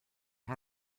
how